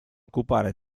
occupare